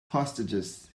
hostages